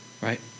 right